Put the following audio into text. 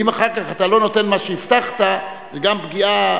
ואם אחר כך אתה לא נותן מה שהבטחת, גם זו פגיעה,